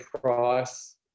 price